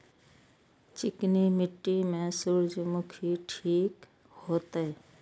चिकनी मिट्टी में सूर्यमुखी ठीक होते?